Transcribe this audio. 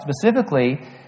Specifically